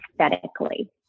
aesthetically